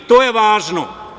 To je važno.